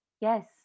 Yes